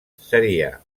seria